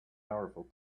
powerful